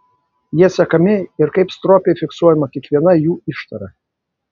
jie sekami ir kaip stropiai fiksuojama kiekviena jų ištara